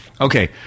Okay